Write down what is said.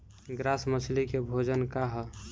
Grass मछली के भोजन का ह?